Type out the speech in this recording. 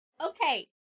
Okay